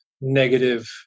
negative